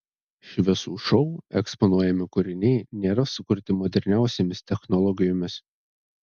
šviesų šou eksponuojami kūriniai nėra sukurti moderniausiomis technologijomis